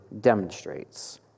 demonstrates